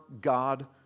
God